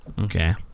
Okay